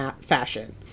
fashion